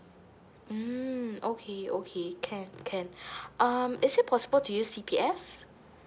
mm okay okay can can um is it possible to use C P F